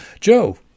Joe